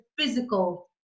physical